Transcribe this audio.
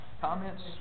comments